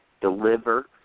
deliver